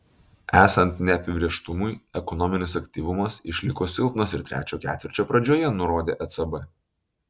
esant neapibrėžtumui ekonominis aktyvumas išliko silpnas ir trečio ketvirčio pradžioje nurodė ecb